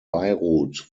beirut